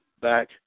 back